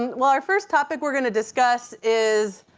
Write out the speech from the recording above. and well our first topic we're going to discuss is